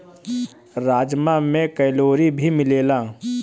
राजमा में कैलोरी भी मिलेला